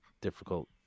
difficult